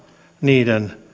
niiden